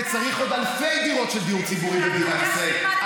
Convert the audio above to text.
וצריך עוד אלפי דירות של דיור ציבורי במדינת ישראל,